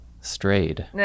strayed